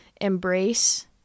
embrace